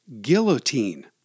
guillotine